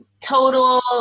Total